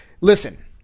listen